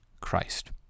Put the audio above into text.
christ